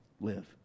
live